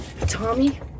Tommy